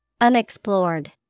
Unexplored